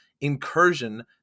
incursion